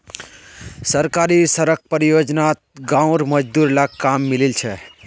सरकारी सड़क परियोजनात गांउर मजदूर लाक काम मिलील छ